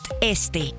este